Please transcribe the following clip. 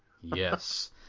Yes